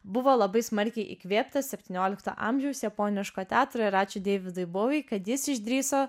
buvo labai smarkiai įkvėptas septyniolikto amžiaus japoniško teatro ir ačiū deividui bauvy kad jis išdrįso